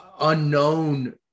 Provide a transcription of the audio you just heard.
unknown